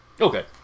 Okay